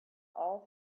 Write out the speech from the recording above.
all